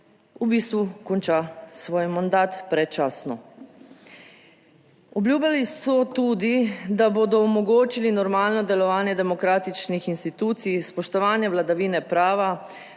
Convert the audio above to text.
v bistvu konča svoj mandat predčasno. Obljubljali so tudi, da bodo omogočili normalno delovanje demokratičnih institucij, spoštovanje vladavine prava,